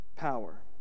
power